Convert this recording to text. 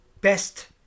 best